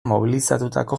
mobilizatutako